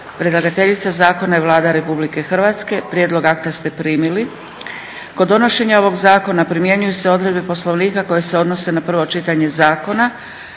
Predlagateljica Zakona je Vlada Republike Hrvatske. Prijedlog akta ste primili. Kod donošenja ovog Zakona primjenjuju se odredbe Poslovnika koje se odnose na prvo čitanje zakona.